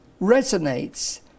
resonates